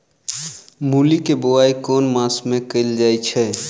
मूली केँ बोआई केँ मास मे कैल जाएँ छैय?